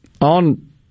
on